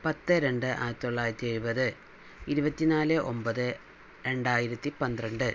പത്ത് രണ്ട് ആയിരത്തി തൊള്ളായിരത്തി എഴുപത് ഇരുപത്തി നാല് ഒൻപത് രണ്ടായിരത്തി പന്ത്രണ്ട്